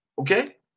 okay